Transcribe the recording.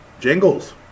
jingles